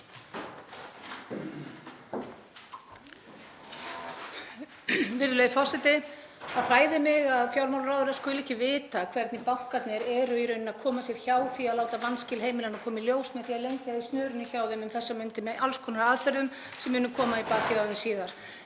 Virðulegi forseti. Það hræðir mig að fjármálaráðherra skuli ekki vita hvernig bankarnir eru í rauninni að koma sér hjá því að láta vanskil heimilanna koma í ljós með því að lengja í snörunni hjá þeim um þessar mundir með alls konar aðferðum sem munu koma í bakið á þeim síðar.